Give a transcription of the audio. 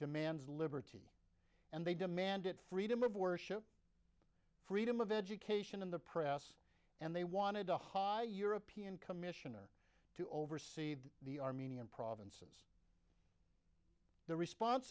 demands liberty and they demanded freedom of worship freedom of education in the press and they wanted a high european commissioner to oversee the armenian provinces the response